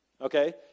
Okay